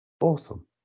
Awesome